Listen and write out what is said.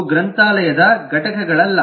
ಅವು ಗ್ರಂಥಾಲಯದ ಘಟಕಗಳಲ್ಲ